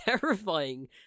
terrifying